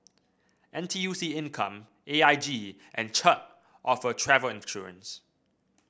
N T U C Income A I G and Chubb offer travel insurance